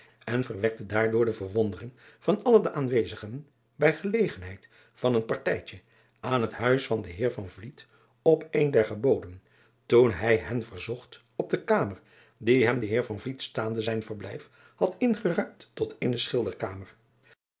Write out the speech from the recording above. en verwekte daardoor de verwondering van alle de aanwezigen bij gelegenheid van een partijtje aan het huis van den eer op een der geboden toen hij hen verzocht op de kamer die hem de eer staande zijn verblijf had ingeruimd tot eene schilderkamer